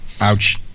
ouch